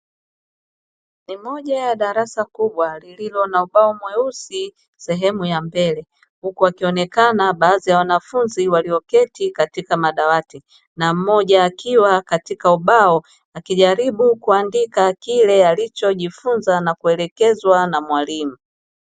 Ni moja ya darasa kubwa lililo na ubao mweusi sehemu ya mbele, huku wakionekana baadhi ya wanafunzi walioketi katika madawati na mmoja akiwa katika ubao akijaribua kuandika kile alichojifunza na kuelekezwa na mwalimu.